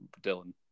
Dylan